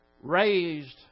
raised